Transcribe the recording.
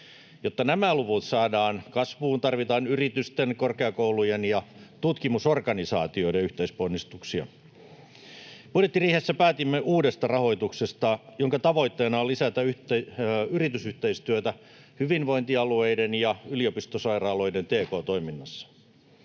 Jotta nämä luvut saadaan kasvuun, tarvitaan yritysten, korkeakoulujen ja tutkimusorganisaatioiden yhteisponnistuksia. Budjettiriihessä päätimme uudesta rahoituksesta, jonka tavoitteena on lisätä yritysyhteistyötä hyvinvointialueiden ja yliopistosairaaloiden tk-toiminnassa.